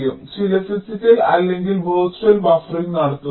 നിങ്ങൾ ചില ഫിസിക്കൽ അല്ലെങ്കിൽ വെർച്വൽ ബഫറിംഗ് നടത്തുന്നു